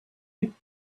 you